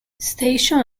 station